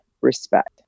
respect